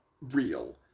real